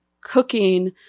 cooking